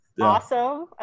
Awesome